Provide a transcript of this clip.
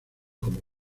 como